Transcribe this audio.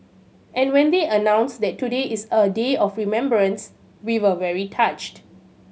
and when they announced that today is a day of remembrance we were very touched